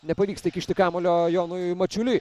nepavyksta įkišti kamuolio jonui mačiuliui